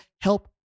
help